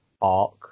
arc